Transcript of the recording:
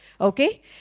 Okay